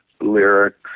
lyrics